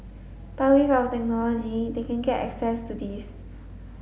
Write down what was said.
but with our technology they can get access to this